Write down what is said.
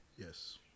Yes